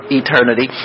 eternity